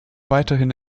weiterhin